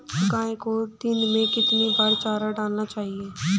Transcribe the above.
गाय को दिन में कितनी बार चारा डालना चाहिए?